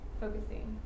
focusing